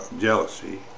jealousy